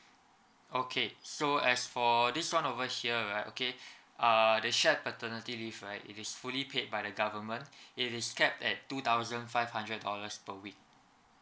okay so as for this one over here right okay err the shared paternity leave right if it's fully paid by the government it is capped at two thousand five hundred dollars per week